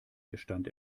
gestand